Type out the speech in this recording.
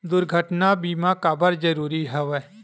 दुर्घटना बीमा काबर जरूरी हवय?